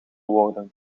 woorden